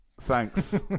Thanks